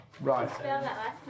Right